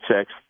six